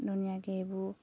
ধুনীয়াকৈ এইবোৰ